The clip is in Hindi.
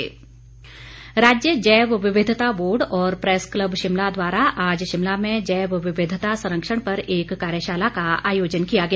जैवविविधता राज्य जैव विविधता बोर्ड और प्रैस क्लब शिमला द्वारा आज शिमला में जैव विविधता संरक्षण पर एक कार्यशाला का आयोजन किया गया